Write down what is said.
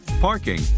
parking